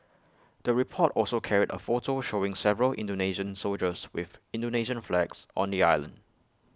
the report also carried A photo showing several Indonesian soldiers with Indonesian flags on the island